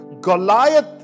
Goliath